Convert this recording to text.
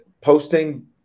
posting